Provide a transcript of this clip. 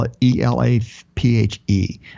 E-L-A-P-H-E